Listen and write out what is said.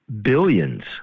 billions